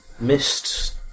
missed